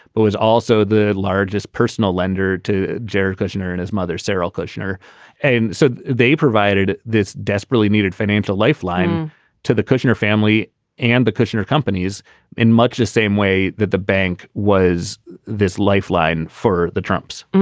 but was also the largest personal lender to jared kushner and his mother, sarah kushner and so they provided this desperately needed financial lifeline to the kushner family and the kushner companies in much the same way that the bank was this lifeline for the trumps